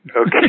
Okay